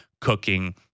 cooking